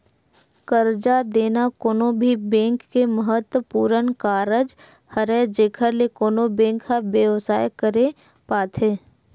करजा देना कोनो भी बेंक के महत्वपूर्न कारज हरय जेखर ले कोनो बेंक ह बेवसाय करे पाथे